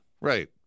right